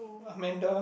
Amanda